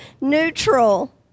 neutral